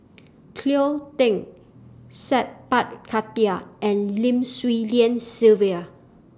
Cleo Thang Sat Pal Khattar and Lim Swee Lian Sylvia